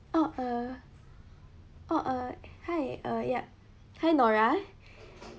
oh err oh err hi uh yup hi nora